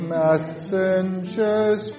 messengers